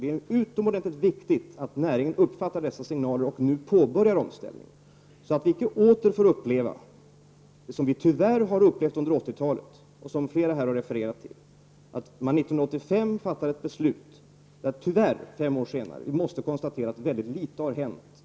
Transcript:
Det är utomordentligt viktigt att näringen uppfattar dessa signaler och nu påbörjar omställningen, så att vi icke på nytt får uppleva dét som vi tyvärr har upplevt under 80-talet och som flera här har refererat till, nämligen att det 1985 fattades ett beslut och att vi tyvärr fem år senare måste konstatera att väldigt litet har hänt.